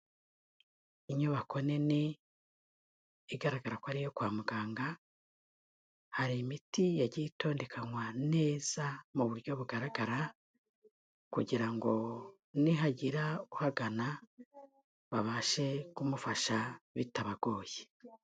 Inyubako nini, igaragara ko ariyo kwa muganga, hari imiti yagiye itondekanwa neza mu buryo bugaragara kugira ngo nihagira uhagana babashe kumufasha bitabagoye.